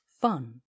fun